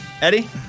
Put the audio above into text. Eddie